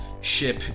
ship